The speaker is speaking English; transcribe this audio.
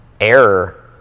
error